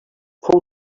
fou